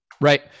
right